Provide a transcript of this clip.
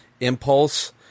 Impulse